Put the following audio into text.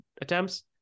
attempts